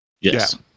Yes